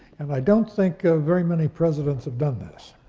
and i don't think very many presidents have done this,